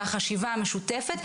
מהחשיבה המשותפת,